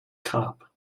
cop